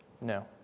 No